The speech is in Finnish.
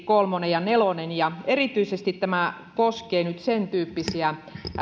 kolme ja neljä erityisesti tämä koskee nyt sen tyyppisiä